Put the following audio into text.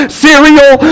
cereal